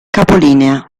capolinea